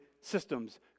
systems